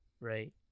Right